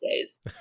days